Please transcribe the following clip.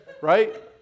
right